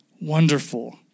wonderful